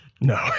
No